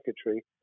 secretary